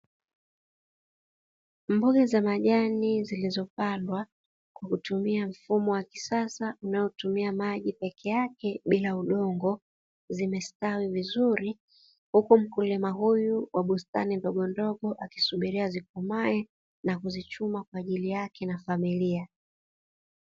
Mboga za majani zilizopandwa kwa kutumia mfumo wa kisasa, unaotumia maji peke yake bila udongo zimestawi vizuri, huku mkulima huyu wa bustani ndogo ndogo akisubiri zikomae na kuzichuma kwa ajili yake na familia.